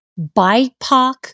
BIPOC